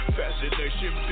fascination